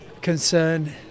concern